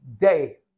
day